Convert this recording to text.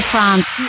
France